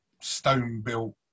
stone-built